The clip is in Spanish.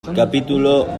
capítulo